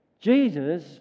Jesus